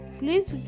please